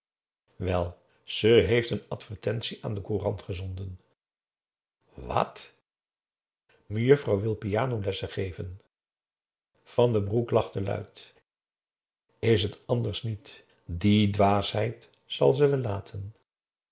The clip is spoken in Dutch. wel ze heeft een advertentie aan de courant gezonden wat mejuffrouw wil piano lessen geven van den broek lachte luid is het anders niet die dwaasheid zal ze wel laten